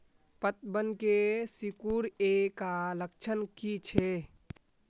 पतबन के सिकुड़ ऐ का लक्षण कीछै?